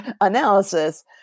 analysis